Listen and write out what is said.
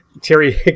Terry